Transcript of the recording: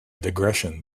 digression